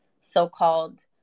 so-called